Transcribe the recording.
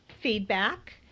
feedback